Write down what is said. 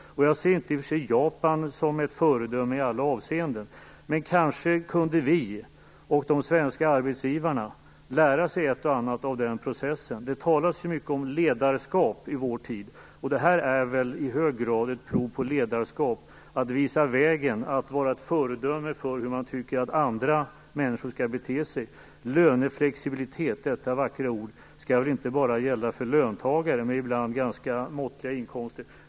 Jag ser inte Japan som ett föredöme i alla avseenden. Men kanske kunde vi och de svenska arbetsgivarna lära oss ett och annat av den processen. Det talas ju mycket om ledarskap i vår tid. Det här är i hög grad ett prov på ledarskap, att visa vägen och att vara ett föredöme för hur man tycker att andra människor skall bete sig. Löneflexibilitet - detta vackra ord - skall väl inte bara gälla för löntagare med ibland ganska måttliga inkomster.